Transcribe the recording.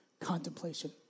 contemplation